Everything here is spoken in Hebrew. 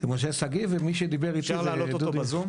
משה שגיא, ומי שדיבר איתי זה דודי מזרחי.